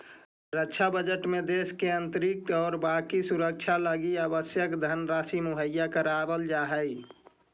रक्षा बजट में देश के आंतरिक और बाकी सुरक्षा लगी आवश्यक धनराशि मुहैया करावल जा हई